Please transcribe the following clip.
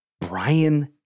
Brian